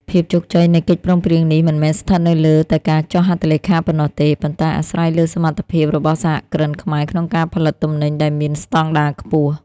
ភាពជោគជ័យនៃកិច្ចព្រមព្រៀងនេះ មិនមែនស្ថិតនៅលើតែការចុះហត្ថលេខាប៉ុណ្ណោះទេ ប៉ុន្តែអាស្រ័យលើសមត្ថភាពរបស់សហគ្រិនខ្មែរក្នុងការផលិតទំនិញដែលមានស្ដង់ដារខ្ពស់។